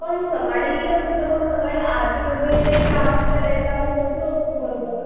पण सकाळी गेलो असतो तर मग सकाळी आरती वगैरे लास्टच्या टायमला आपण पोचलो असतो बरोबर